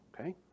Okay